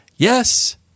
Yes